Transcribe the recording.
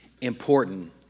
important